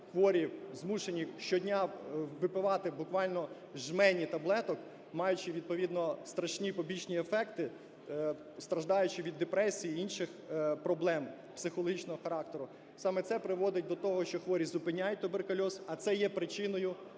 хворі змушені щодня випивати жмені таблеток, маючи відповідно страшні побічні ефекти, страждаючи від депресії і інших проблем психологічного характеру. Саме це приводить до того, що хворі зупиняють туберкульоз, а це є причиною…